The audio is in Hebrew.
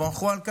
תבורכו על כך.